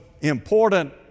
important